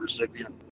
recipient